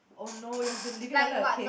oh no you have been living under a cave